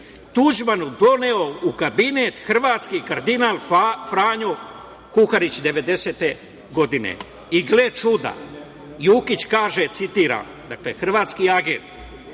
Tuđmanu doneo u kabinet hrvatski kardinal Franjo Kuharić 1990. godine. I gle čuda, Jukić kaže, citiram: „Početkom